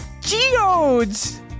geodes